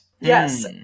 Yes